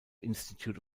institute